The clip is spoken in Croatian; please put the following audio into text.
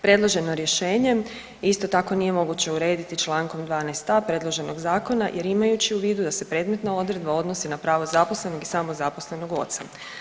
Predloženo rješenje isto tako nije moguće urediti čl. 12.a predloženog zakona jer imajući u vidu da se predmetna odredba odnosi na pravo zaposlenog i samozaposlenog oca.